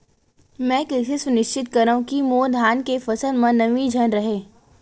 मैं कइसे सुनिश्चित करव कि मोर धान के फसल म नमी झन रहे?